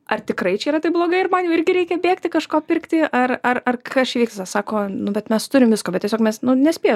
ar tikrai čia yra taip blogai ir man jau irgi reikia bėgti kažko pirkti ar ar ar kas čia vyksta sako nu bet mes turim visko bet tiesiog mes nu nespėja